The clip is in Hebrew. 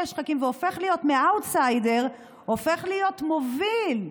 שחקים והופך מאואטסיידר להיות מוביל.